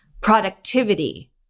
productivity